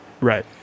Right